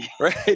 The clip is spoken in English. Right